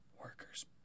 Workers